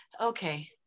Okay